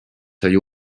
sai